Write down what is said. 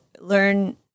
learn